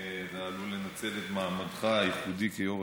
שאתה עלול לנצל את מעמדך הייחודי כיו"ר